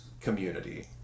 community